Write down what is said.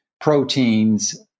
proteins